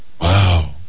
Wow